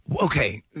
Okay